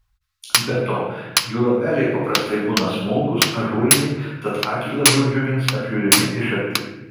be to jų lapeliai paprastai būna smulkūs ažūriniai tad akį labiau džiugins apžiūrimi iš arti